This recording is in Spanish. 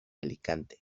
alicante